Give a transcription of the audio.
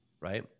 right